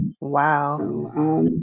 Wow